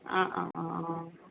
অঁ অঁ অঁ অঁ